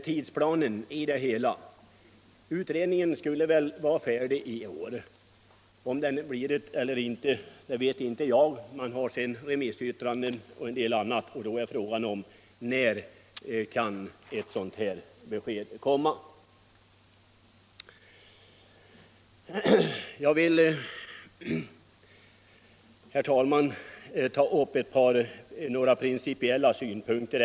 Tidsplanen är att utredningen skall vara färdig med sitt arbete i höst, men om den verkligen blir det vet inte jag. Sedan tillkommer remisstiden. Fråga är därför när beskedet i detta ärende kan väntas.